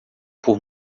por